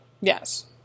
Yes